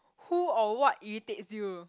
who or what irritates you